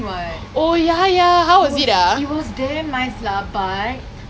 okay but before that Man U was like literally like